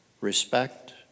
respect